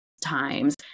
times